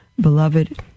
Beloved